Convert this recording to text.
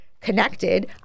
connected –